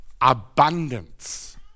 Abundance